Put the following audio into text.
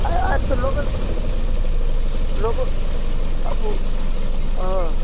ए अहिले त लोकल छ नि लोकल अब अँ